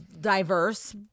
diverse